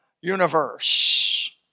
universe